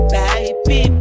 baby